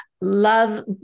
love